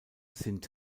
sind